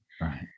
Right